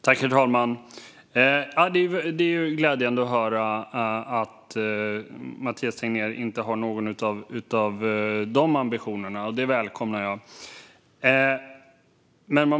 Herr talman! Det är ju glädjande att höra att Mathias Tegnér inte har några sådana ambitioner. Det välkomnar jag.